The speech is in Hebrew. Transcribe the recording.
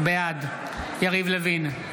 בעד יריב לוין,